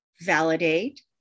validate